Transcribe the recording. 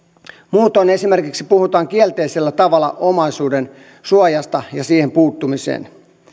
muutoin esimerkiksi puhutaan kielteisellä tavalla omaisuudensuojasta ja siihen puuttumisesta